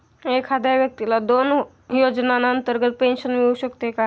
एखाद्या व्यक्तीला दोन योजनांतर्गत पेन्शन मिळू शकते का?